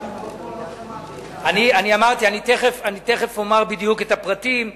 אני תיכף אומר בדיוק את הפרטים,